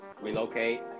Relocate